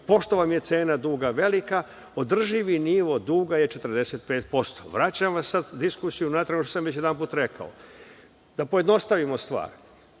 pošto vam je cena duga velika, održivi nivo duga je 45%.Vraćam vas se sad na diskusiju, ono što sam već jedanput rekao. Da pojednostavimo stvar,